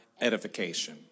edification